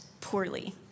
poorly